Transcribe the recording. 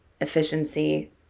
efficiency